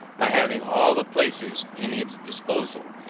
by having all the places in its disposal,